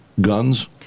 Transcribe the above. guns